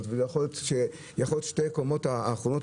וזה יכול להיות שתי קומות האחרונות,